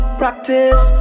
practice